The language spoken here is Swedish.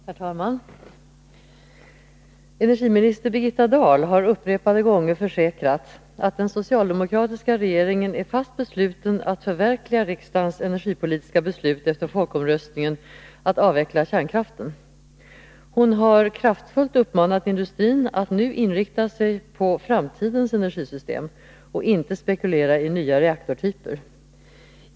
Herr talman! Energiminister Birgitta Dahl har upprepade gånger försäkrat att den socialdemokratiska regeringen är fast besluten att förverkliga riksdagens energipolitiska beslut efter folkomröstningen att avveckla kärnkraften. Hon har kraftfullt uppmanat: industrin att nu inrikta sig på framtidens energisystem och inte spekulera i nya reaktortyper.